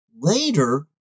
later